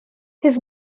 his